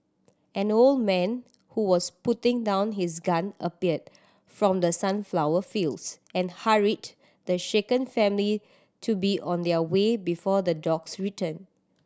an old man who was putting down his gun appeared from the sunflower fields and hurried the shaken family to be on their way before the dogs return